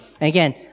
again